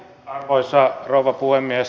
arvoisa rouva puhemies